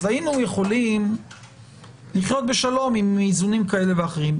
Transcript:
אז היינו יכולים לחיות בשלום עם איזונים כאלה ואחרים.